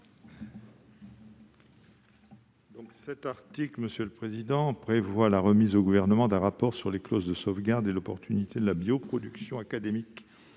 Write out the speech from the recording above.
n° 159. Le présent article prévoit la remise au Gouvernement d'un rapport sur les clauses de sauvegarde et l'opportunité de la bioproduction académique